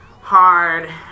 hard